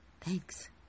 Thanks